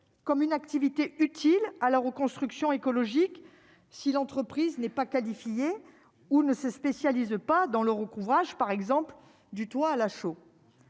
comme une activité utile à la reconstruction écologique si l'entreprise n'est pas qualifié ou ne se spécialise pas dans leur ouvrage par exemple du toit à la chaux.